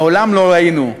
מעולם לא ראינו.